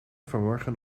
vanmorgen